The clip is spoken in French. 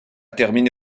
terminé